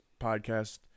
podcast